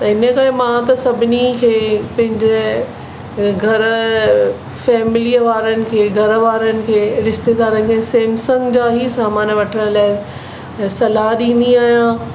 त हिन करे मां त सभिनी खे पंहिंजे घरु फैमिलीअ वारनि खे घरु वारनि खे रिश्तेदारनि खे जा ई सामान वठण लाइ सलाहु ॾींदी आहियां